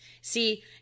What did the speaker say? see